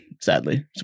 sadly